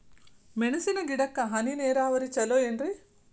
ಮೆಣಸಿನ ಗಿಡಕ್ಕ ಹನಿ ನೇರಾವರಿ ಛಲೋ ಏನ್ರಿ?